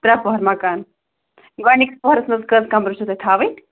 ترٛےٚ پوٚہَر مَکان گۄڈنِکِس پوٚہرَس منٛز کٔژ کَمرٕ چھُو تۄہہِ تھاوٕنۍ